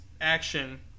action